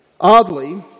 Oddly